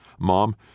Mom